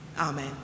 amen